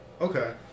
Okay